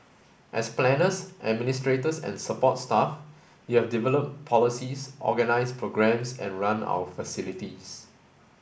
as planners administrators and support staff you have developed policies organised programmes and run our facilities